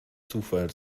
zufall